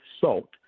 salt